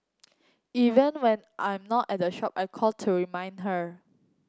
even when I'm not at the shop I call to remind her